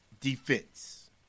Defense